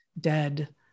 dead